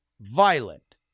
violent